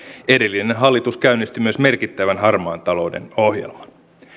edellinen hallitus käynnisti myös merkittävän harmaan talouden ohjelman